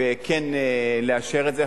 וכן לאשר את זה.